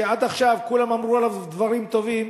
שעד עכשיו כולם אמרו עליו דברים טובים,